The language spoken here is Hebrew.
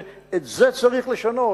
ואת זה צריך לשנות,